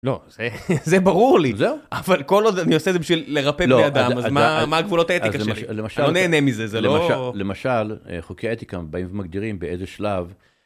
לא, זה ברור לי, אבל כל עוד אני עושה זה בשביל לרפא בני אדם, אז מה הגבולות האתיקה שלי, אני לא נהנה מזה, זה לא... למשל, חוקי האתיקה באים ומגדירים באיזה שלב...